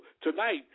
tonight